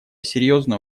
серьезную